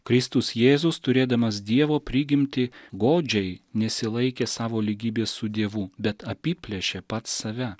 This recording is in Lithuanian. kristus jėzus turėdamas dievo prigimtį godžiai nesilaikė savo lygybės su dievu bet apiplėšė pats save